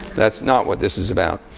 that's not what this is about.